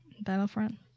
Battlefront